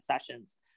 sessions